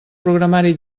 programari